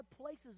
places